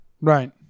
Right